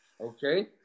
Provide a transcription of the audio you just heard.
okay